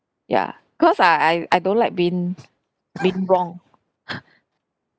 ya cause I I I don't like being being wronged